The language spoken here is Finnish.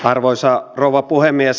arvoisa rouva puhemies